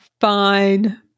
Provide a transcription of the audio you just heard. Fine